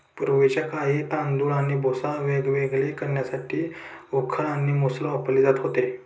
पूर्वीच्या काळी तांदूळ आणि भुसा वेगवेगळे करण्यासाठी उखळ आणि मुसळ वापरले जात होते